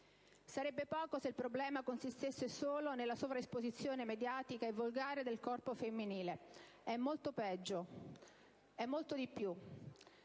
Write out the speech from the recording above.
Sarebbe poco se il problema consistesse solo nella sovraesposizione mediatica e volgare del corpo femminile. È molto peggio. È molto di più.